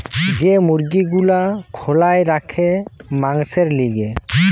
যে মুরগি গুলা খোলায় রাখে মাংসোর লিগে